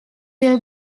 will